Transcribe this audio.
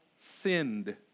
sinned